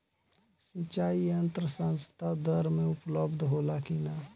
सिंचाई यंत्र सस्ता दर में उपलब्ध होला कि न?